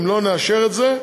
אם לא נאשר את זה,